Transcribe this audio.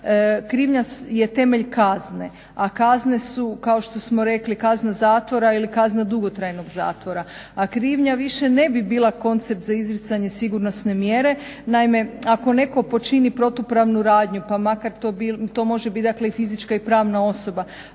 Krivnja je temelj kazne, a kazne su kao što smo rekli kazna zatvora ili kazna dugotrajnog zatvora. A krivnja više ne bi bila koncept za izricanje sigurnosne mjere. Naime, ako netko počini protupravnu radnju pa makar to bila, to može biti dakle i fizička i pravna osoba,